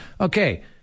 okay –